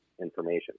information